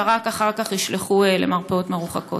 ורק אחר כך ישלחו למרפאות מרוחקות.